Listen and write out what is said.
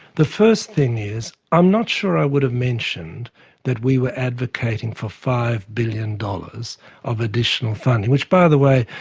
the first thing is, i'm not sure i would have mentioned that we were advocating for five billion dollars of additional funding, which by the way,